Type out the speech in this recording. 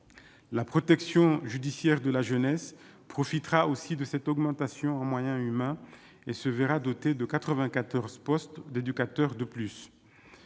la protection judiciaire de la jeunesse profitera aussi de cette augmentation en moyens humains et se verra doté de 94 postes d'éducateurs, de plus,